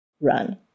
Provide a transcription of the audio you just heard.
run